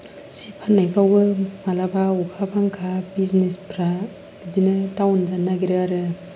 जि फाननायफ्रावबो मालाबा अखा बांखा बिजनेसफ्रा बिदिनो दाउन जानो नागिरो आरो